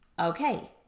okay